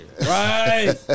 Right